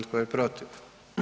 Tko je protiv?